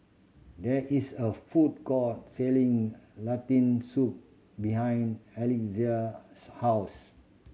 there is a food court selling Lentil Soup behind Alexia's house